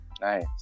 nice